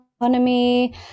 economy